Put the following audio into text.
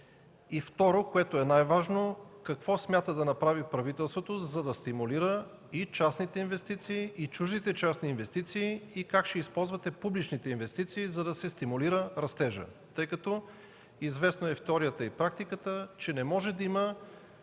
Второ, което е и най-важно: какво смята да направи правителството, за да стимулира и частните инвестиции, и чуждите частни инвестиции? Как ще използвате публичните инвестиции, за да се стимулира растежът? Известно е и в теорията, и в практиката, че не може да има